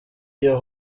iyo